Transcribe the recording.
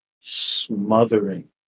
smothering